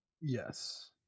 Yes